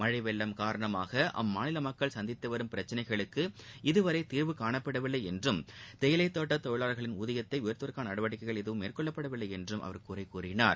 மழை வெள்ளம் காரணமாக அம்மாநில மக்கள் சந்தித்து பிரச்சனைகளுக்கு இதுவரை தீர்வு காணப்படவில்லை என்றும் தேயிலை தோட்ட தொழிலாளர்களின் ஊதியத்தை உயர்த்துவதற்காள நடவடிக்கைகள் எதுவும் மேற்கொள்ளப்படவில்லை என்றும் அவர் குறை கூறினார்